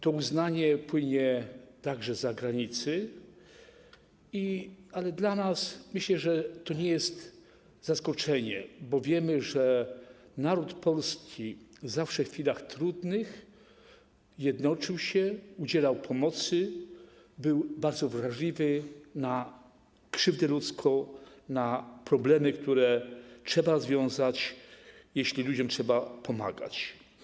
To uznanie płynie także zza granicy, ale dla nas, myślę, że to nie jest zaskoczenie, bo wiemy, że naród polski zawsze w chwilach trudnych jednoczył się, udzielał pomocy, był bardzo wrażliwy na krzywdę ludzką, na problemy, które trzeba rozwiązać, jeśli ludziom trzeba pomagać.